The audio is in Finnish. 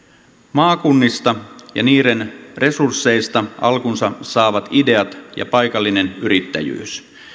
maakunnista ja niiden resursseista alkunsa saavat ideat ja paikallinen yrittäjyys